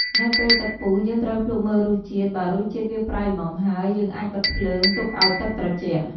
នៅពេលទឹកពុះ យើងត្រូវភ្លក្សមើលរសជាតិ បើរសជាតិវាប្រៃល្មមហើយយើងអាចបិទភ្លើង ទុកឱ្យទឹកត្រជាក់។